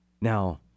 Now